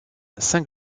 cinq